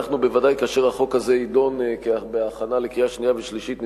כאשר החוק הזה יידון בהכנה לקריאה שנייה ושלישית אנחנו בוודאי